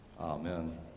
Amen